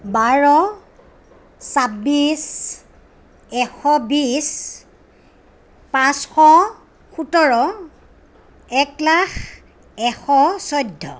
বাৰ ছাব্বিছ এশ বিশ পাঁচশ সোতৰ এক লাখ এশ চৈধ্য